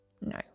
No